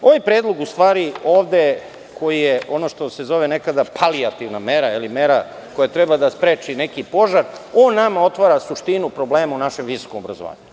Ovaj predlog ovde koji je ono što se zvalo nekada palijativna mera ili mera koja treba da spreči neki požar, on nama otvara suštinu problema u našem visokom obrazovanju.